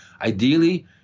Ideally